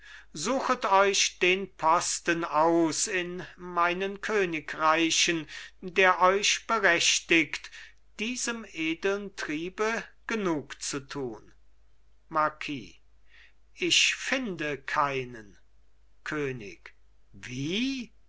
suchet euch den posten aus in meinen königreichen der euch berechtigt diesem edeln triebe genug zu tun marquis ich finde keinen könig wie